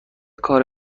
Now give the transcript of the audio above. کار